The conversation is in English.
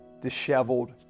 disheveled